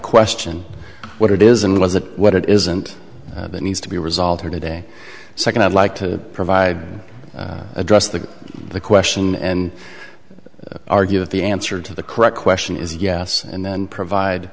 question what it is and was it what it isn't that needs to be resolved here today second i'd like to provide address the question and argue that the answer to the correct question is yes and then provide